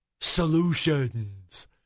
solutions